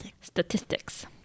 statistics